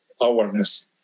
awareness